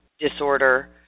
disorder